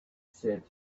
said